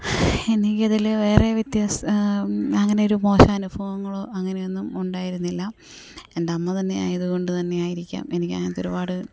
എനിക്കതിൽ വേറേ വ്യത്യാസ അങ്ങനൊരു മോശ അനുഭവങ്ങളോ അങ്ങനെയൊന്നും ഉണ്ടായിരുന്നില്ല എൻ്റമ്മ തന്നെ ആയതു കൊണ്ടു തന്നെയായിരിക്കാം എനിക്കങ്ങനത്തൊരുപാട്